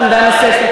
יש לך עמדה נוספת?